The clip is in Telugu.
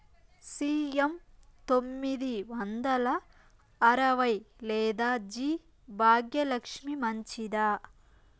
సి.ఎం తొమ్మిది వందల అరవై లేదా జి భాగ్యలక్ష్మి మంచిదా?